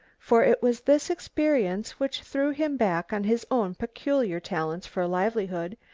for it was this experience which threw him back on his own peculiar talents for a livelihood,